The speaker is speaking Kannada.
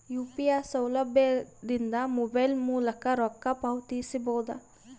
ಯು.ಪಿ.ಐ ಸೌಲಭ್ಯ ಇಂದ ಮೊಬೈಲ್ ಮೂಲಕ ರೊಕ್ಕ ಪಾವತಿಸ ಬಹುದಾ?